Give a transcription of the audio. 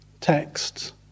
texts